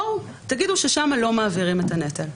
בואו ותגידו ששם לא מעבירים את הנטל.